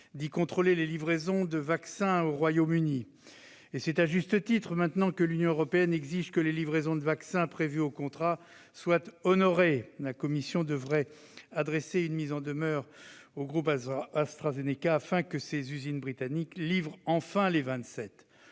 d'y contrôler les livraisons de vaccins au Royaume-Uni. Et c'est à juste titre que l'Union européenne exige maintenant que les livraisons de vaccins prévues aux contrats soient honorées : la Commission devrait adresser une mise en demeure au groupe AstraZeneca, afin que ses usines britanniques livrent enfin les